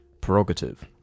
prerogative